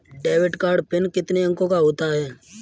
Debit card PIN कितने अंकों का होता है?